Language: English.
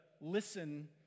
listen